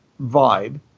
vibe